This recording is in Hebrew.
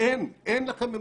אין לכם עמדה.